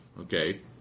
Okay